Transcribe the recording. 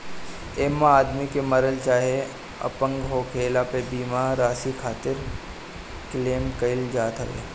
एमे आदमी के मरला चाहे अपंग होखला पे बीमा राशि खातिर क्लेम कईल जात हवे